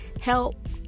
Help